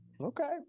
okay